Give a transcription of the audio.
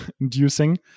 inducing